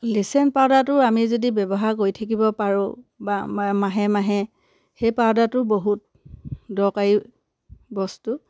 লেচেন পাউদাৰটো আমি যদি ব্যৱহাৰ কৰি থাকিব পাৰোঁ বা মাহে মাহে সেই পাউডাৰটো বহুত দৰকাৰী বস্তু